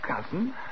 cousin